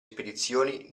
spedizioni